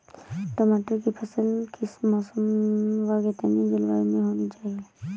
टमाटर की फसल किस मौसम व कितनी जलवायु में होनी चाहिए?